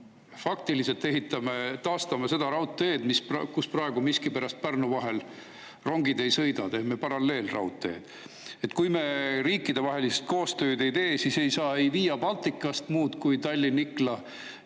nii-öelda taastame seda raudteed, kus praegu miskipärast Pärnusse rongid ei sõida, teeme paralleelraudteed. Kui riikidevahelist koostööd ei tehta, siis ei saa Via Balticast muud kui Tallinna-Ikla